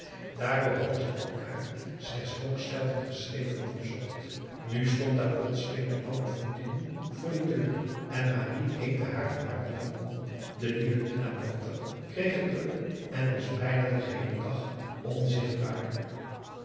daardoor hadden ze elkaar slechts hoogst zelden geschreven of bezocht nu stond daar plotseling de oude vriendin voor de deur en marie heette haar van harte welkom de nieuwe kinaplanter kreeg het druk en was bijna den geheelen dag onzichtbaar